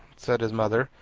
said his mother,